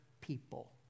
people